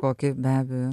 kokį be abejo